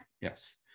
yes